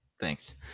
Thanks